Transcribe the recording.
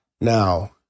Now